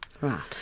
Right